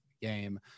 game